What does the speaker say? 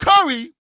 Curry